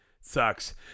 sucks